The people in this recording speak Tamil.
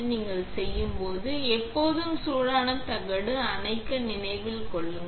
நீங்கள் செய்யும்போது எப்போதும் சூடான தகடு அணைக்க நினைவில் கொள்ளுங்கள்